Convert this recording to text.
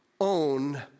own